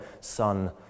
Son